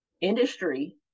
industry